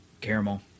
caramel